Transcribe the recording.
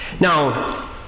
Now